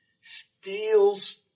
steals